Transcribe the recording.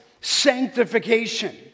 sanctification